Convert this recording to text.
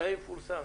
מתי יפורסם?